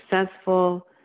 successful